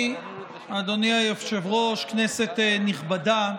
אדוני היושב-ראש, כנסת נכבדה,